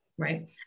right